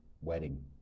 wedding